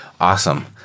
Awesome